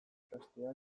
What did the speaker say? ikastea